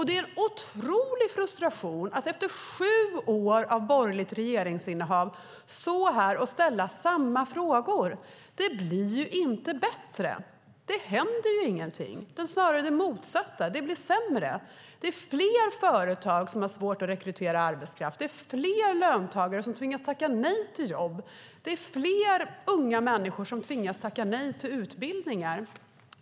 Det är en otrolig frustration att efter sju år av borgerligt regeringsinnehav stå här och ställa samma frågor. Det blir inte bättre; det händer ingenting. Det är snarare det motsatta: Det blir sämre. Det är fler företag som har svårt att rekrytera arbetskraft. Det är fler löntagare som tvingas tacka nej till jobb. Det är fler unga människor som tvingas tacka nej till utbildningar.